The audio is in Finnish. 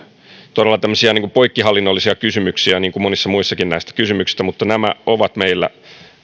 todella tämmöisiä poikkihallinnollisia kysymyksiä niin kuin monissa muissakin näistä kysymyksistä mutta nämä ovat meillä